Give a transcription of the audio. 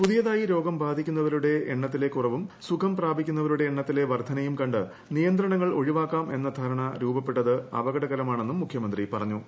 പുതിയതായി രോഗം ബാധിക്കുന്നവരുടെ എണ്ണത്തിലെ കുറവും സുഖം പ്രാപിക്കുന്നവരുടെ എണ്ണത്തിലെ വർധനയും കണ്ട് നിയന്ത്രണങ്ങൾ ഒഴിവാക്കാം എന്ന ധാരണ രൂപപ്പെട്ടത് അപകടകരമാണെന്നും മുഖ്യമന്ത്രി പറഞ്ഞു